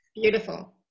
Beautiful